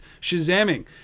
Shazamming